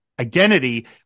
identity